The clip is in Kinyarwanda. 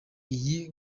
iyi